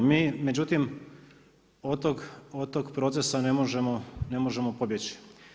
Mi međutim od tog procesa ne možemo pobjeći.